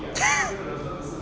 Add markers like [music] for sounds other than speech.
[laughs]